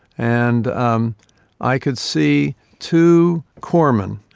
and um i could see two corpsmen,